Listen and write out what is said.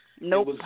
Nope